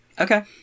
Okay